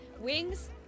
Wings